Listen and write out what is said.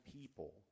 people